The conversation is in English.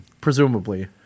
presumably